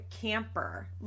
camper